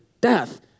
death